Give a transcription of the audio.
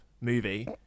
movie